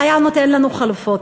היה נותן להם חלופות.